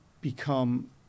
become